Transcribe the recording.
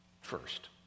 First